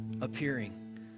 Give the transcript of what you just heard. appearing